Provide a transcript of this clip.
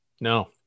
No